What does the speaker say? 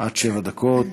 עד שבע דקות.